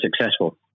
successful